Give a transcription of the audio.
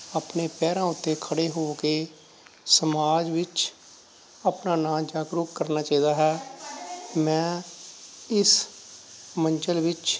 ਆਪਣੇ ਪੈਰਾਂ ਉੱਤੇ ਖੜ੍ਹੇ ਹੋ ਕੇ ਸਮਾਜ ਵਿੱਚ ਆਪਣਾ ਨਾਮ ਜਾਗਰੂਕ ਕਰਨਾ ਚਾਹੀਦਾ ਹੈ ਮੈਂ ਇਸ ਮੰਜ਼ਿਲ ਵਿੱਚ